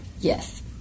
Yes